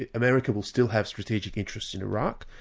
ah america will still have strategic interests in iraq,